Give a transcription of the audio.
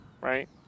right